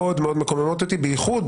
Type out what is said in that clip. מאוד מאוד מקוממות אותי, בייחוד